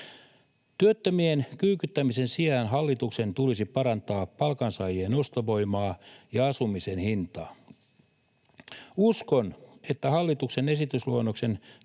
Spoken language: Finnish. Työttömien kyykyttämisen sijaan hallituksen tulisi parantaa palkansaajien ostovoimaa ja asumisen hintaa. Uskon, että hallituksen esitysluonnoksen